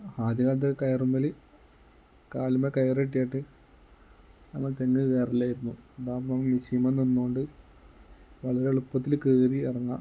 ആദ്യകാലത്തൊക്കെ കയറിന്മേൽ കാലിന്മേൽ കയർ കെട്ടിയിട്ട് നമ്മൾ തെങ്ങ് കയറലായിരുന്നു ഇതാവുമ്പോൾ മിഷീന്മേൽ നിന്നുകൊണ്ട് വളരെ എളുപ്പത്തിൽ കയറി ഇറങ്ങാം